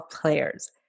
players